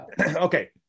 Okay